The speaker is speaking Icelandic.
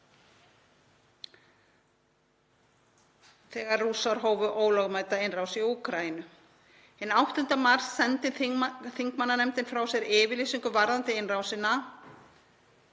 þegar Rússar hófu ólögmæta innrás í Úkraínu. Hinn 8. mars sendi þingmannanefndin frá sér yfirlýsingu varðandi innrásina